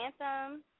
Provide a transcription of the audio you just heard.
anthem